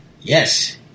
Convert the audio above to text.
Yes